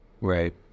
Right